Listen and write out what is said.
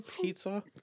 pizza